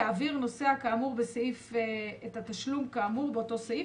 יעביר את התשלום לנוסע כאמור באותו סעיף,